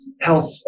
health